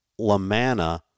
LaManna